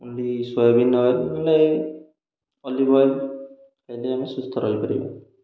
only soybean oil ନହେଲେ olive oil ହେଲେ ଆମେ ସୁସ୍ଥ ରହିପାରିବା